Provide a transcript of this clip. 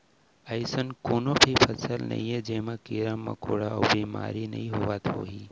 अइसन कोनों भी फसल नइये जेमा कीरा मकोड़ा अउ बेमारी नइ होवत होही